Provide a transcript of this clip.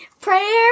Prayer